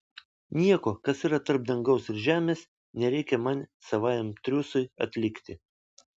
nieko kas yra tarp dangaus ir žemės nereikia man savajam triūsui atlikti